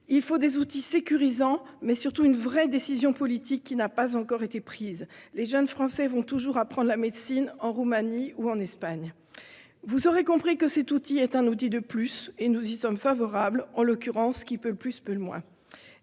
Il faut des outils sécurisants, mais surtout une vraie décision politique qui n'a pas encore été prise. Les jeunes Français vont toujours apprendre la médecine en Roumanie ou en Espagne ... Vous aurez compris, mes chers collègues, que cet outil est un outil de plus, et nous y sommes favorables. En l'occurrence, qui peut le plus peut le moins